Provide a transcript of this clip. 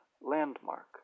landmark